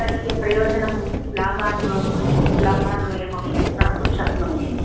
तदीयप्रयोजनं लाभान् लाभान्वयमपि प्राप्तुं शक्नोषि